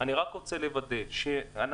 אני רק רוצה לוודא שאנחנו,